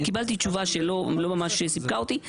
וקיבלתי תשובה שלא ממש סיפקה אותי.